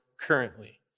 currently